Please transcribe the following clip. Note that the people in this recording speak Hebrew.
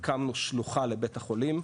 הקמנו שלוחה לבית החולים,